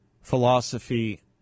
philosophy